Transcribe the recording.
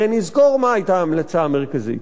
הרי נזכור מה היתה ההמלצה המרכזית,